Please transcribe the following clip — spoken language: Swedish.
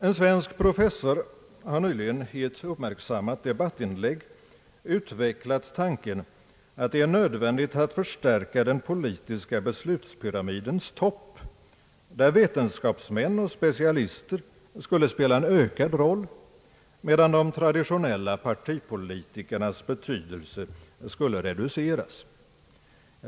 En svensk professor har nyligen i ett uppmärksammat debattinlägg utvecklat tanken att det är nödvändigt att förstärka den politiska beslutspyramidens topp, där vetenskapsmän och specialister skulle spela en ökad roll medan de traditionella partipolitikernas betydelse skulle reduceras.